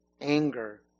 anger